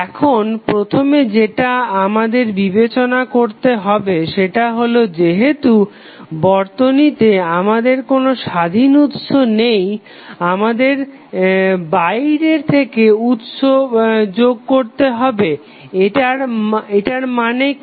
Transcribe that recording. এখন প্রথমে যেটা আমাদের বিবেচনা করতে হবে সেটা হলো যেহেতু বর্তনীতে আমাদের কোনো স্বাধীন উৎস নেই আমাদের বাইরে থেকে উৎস যোগ করতে হবে এটার মানে কি